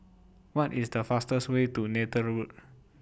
What IS The fastest Way to Neythal Road